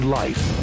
life